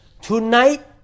Tonight